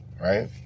right